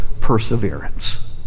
perseverance